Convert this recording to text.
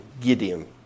Gideon